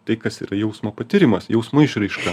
tai kas yra jausmo patyrimas jausmo išraiška